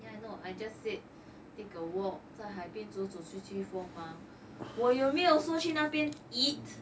yeah I know I just said take a walk 在海边走走吹吹风吗我有没有说去那边 eat